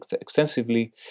extensively